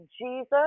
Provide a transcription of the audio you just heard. Jesus